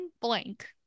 blank